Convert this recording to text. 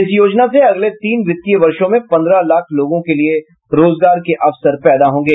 इस योजना से अगले तीन वित्तीय वर्षों में पन्द्रह लाख लोगों के लिए रोजगार के अवसर पैदा होंगे